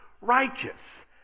Righteous